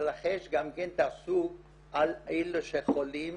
יתרחש ותעשו על אלו שחולים